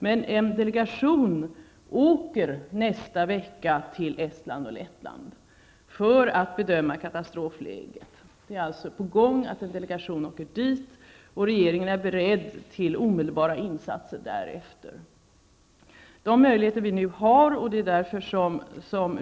Men en delegation åker nästa vecka till Estland och Lettland för att bedöma katastrofläget. En delegation är alltså på väg dit, och regeringen är beredd att därefter göra omedelbara insatser.